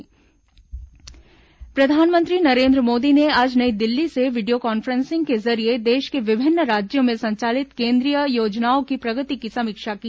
प्रधानमंत्री मुख्य सचिव बैठक प्रधानमंत्री नरेन्द्र मोदी ने आज नई दिल्ली से वीडियो कान्फ्रेंसिंग के जरिए देश के विभिन्न राज्यों में संचालित केन्द्रीय योजनाओं की प्रगति की समीक्षा की